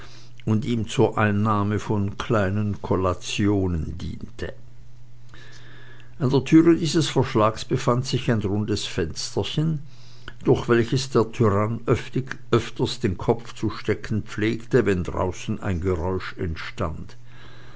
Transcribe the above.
und ihm zur einnahme von kleinen kollationen diente an der türe dieses verschlages befand sich ein rundes fensterchen durch welches der tyrann öfters den kopf zu stecken pflegte wenn draußen ein geräusch entstand